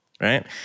right